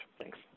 Thanks